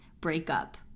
breakup